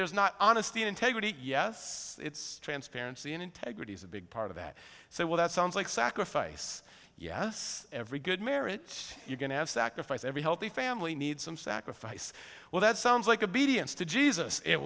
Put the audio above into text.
there's not honesty integrity yes it's transparency and integrity is a big part of that so well that sounds like sacrifice yes every good marriage you're going to have sacrifice every healthy family needs some sacrifice well that sounds like